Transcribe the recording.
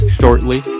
shortly